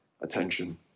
attention